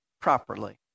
properly